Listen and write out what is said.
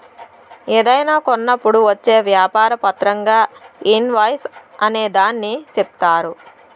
ఏదైనా కొన్నప్పుడు వచ్చే వ్యాపార పత్రంగా ఇన్ వాయిస్ అనే దాన్ని చెప్తారు